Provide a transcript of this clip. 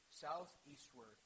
southeastward